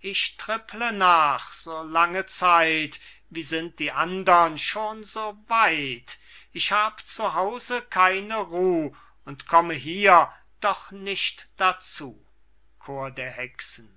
ich tripple nach so lange zeit wie sind die andern schon so weit ich hab zu hause keine ruh und komme hier doch nicht dazu chor der hexen